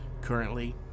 Currently